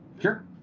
Sure